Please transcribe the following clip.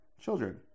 children